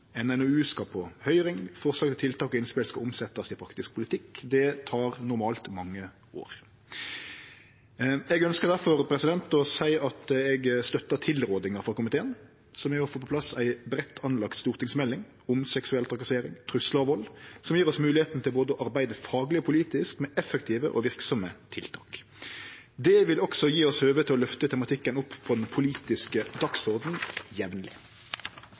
NOU skal på høyring, og forslag til tiltak og innspel skal omsetjast i praktisk politikk. Det tek normalt mange år. Eg ønskjer difor å seie at eg støttar tilrådinga frå komiteen, som er å få på plass ei brei stortingsmelding om seksuell trakassering, truslar og vald, som gjev oss moglegheita til å arbeide fagleg og politisk med effektive og verksame tiltak. Det vil også gje oss høve til å løfte tematikken opp på den politiske